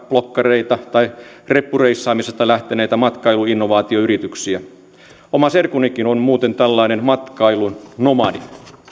bloggareita tai reppureissaamisesta lähteneitä matkailuinnovaatioyrityksiä oma serkkunikin on muuten tällainen matkailun nomadi